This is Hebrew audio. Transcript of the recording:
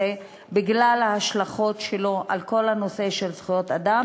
בגלל ההשלכות שלו על כל הנושא של זכויות אדם,